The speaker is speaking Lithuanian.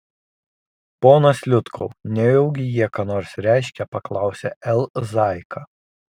ponas liutkau nejaugi jie ką nors reiškia paklausė l zaika